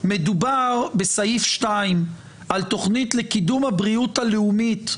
מדובר בסעיף 2 על תוכנית לקידום הבריאות הלאומית,